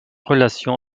relation